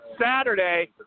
Saturday